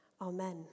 Amen